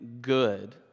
good